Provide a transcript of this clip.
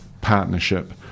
partnership